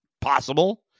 possible